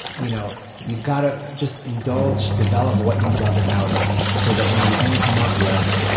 you know you've got to just indulge, develop what you love about it so that, when you then come up with,